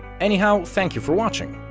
anyhow, thank you for watching.